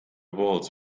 walls